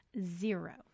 Zero